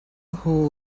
who